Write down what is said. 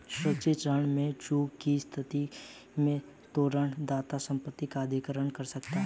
सुरक्षित ऋण में चूक की स्थिति में तोरण दाता संपत्ति का अधिग्रहण कर सकता है